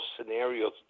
scenarios